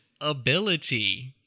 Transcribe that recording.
ability